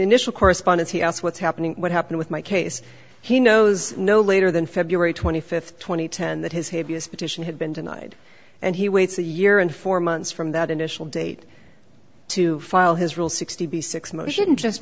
initial correspondence he asked what's happening what happened with my case he knows no later than february twenty fifth two thousand and ten that his habeas petition had been denied and he waits a year and four months from that initial date to file his rule sixty six motion just